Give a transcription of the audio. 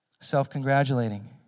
Self-congratulating